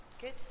Good